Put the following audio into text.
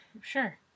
Sure